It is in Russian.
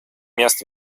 мест